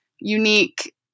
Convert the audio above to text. unique